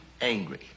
angry